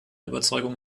überzeugung